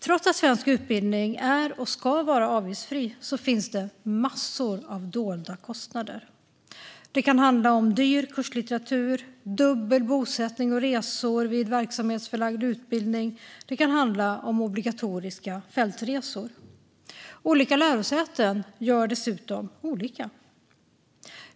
Trots att svensk utbildning är och ska vara avgiftsfri finns det massor av dolda kostnader. Det kan handla om dyr kurslitteratur, dubbel bosättning och resor vid verksamhetsförlagd utbildning, och det kan handla om obligatoriska fältresor. Olika lärosäten gör dessutom olika.